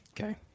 Okay